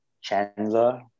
Chandler